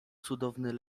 cudowny